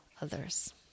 others